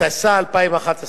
התשע"א 2011,